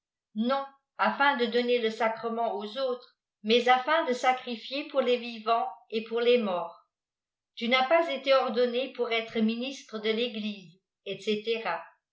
non afin de dorinétile sacrement aux autîes mais afin de sacrifier pour les vivants et pour les morts tu n'as pas été ordonné k ur être miifslre dé téglise etc